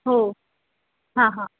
हो हां हां